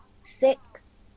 six